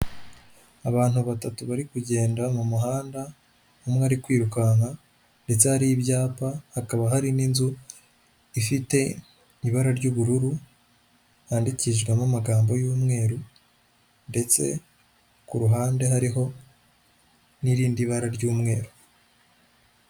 Abantu batatu bari kugenda mu muhanda umwe ari kwirukanka ndetse hari ibyapa hakaba hari n'inzu ifite ibara ry'ubururu handikishinjwemo amagambo y'umweru ndetse ku ruhande hariho n'irindi bara ry'umweru .